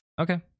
Okay